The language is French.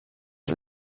the